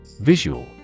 Visual